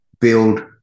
build